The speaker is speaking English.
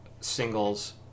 singles